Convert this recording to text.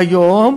והיום